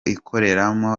ikoreramo